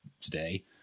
today